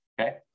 Okay